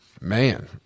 Man